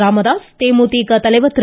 ராமதாஸ் தேமுதிக தலைவா் திரு